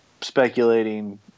speculating